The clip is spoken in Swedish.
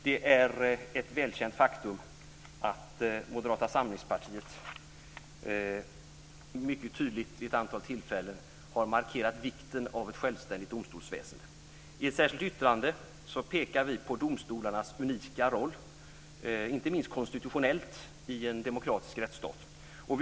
Det är ett välkänt faktum att Moderata samlingspartiet vid ett antal tillfällen mycket tydligt har markerat vikten av ett självständigt domstolsväsende. I ett särskilt yttrande pekar vi på domstolarnas unika roll i en demokratisk rättsstat, inte minst konstitutionellt.